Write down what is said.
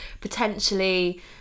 potentially